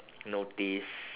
notice